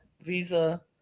Visa